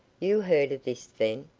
you heard of this, then?